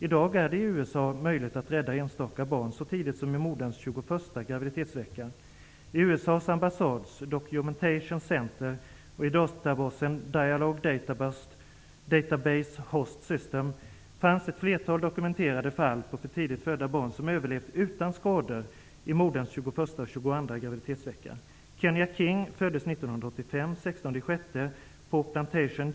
I dag är det i USA möjligt att rädda enstaka barn så tidigt som i moderns 21:a graviditetsvecka. I USA:s ambassads Documentation Center och i databasen Dialog Database Host System fanns ett flertal dokumenterade fall på för tidigt födda barn som i moderns 21:a och 22:a graviditetsvecka överlevt utan skador.